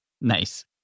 Nice